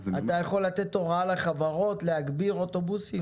אתה יכול לתת הוראה לחברות להגביר אוטובוסים.